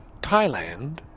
Thailand